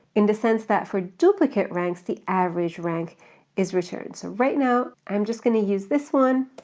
in the sense that for duplicate ranks, the average rank is returned. so right now, i'm just gonna use this one,